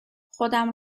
خودم